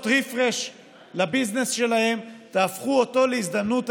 refresh לביזנס שלהם והפכו אותו להזדמנות.